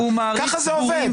ככה זה עובד.